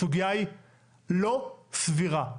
הסוגיה היא לא סבירה.